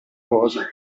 cosa